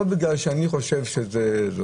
לא בגלל שאני חושבת שזה...